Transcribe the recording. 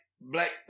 black